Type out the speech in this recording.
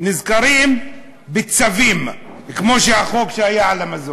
נזכרים בצווים, כמו החוק שהיה על המזון.